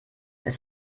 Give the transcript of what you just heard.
das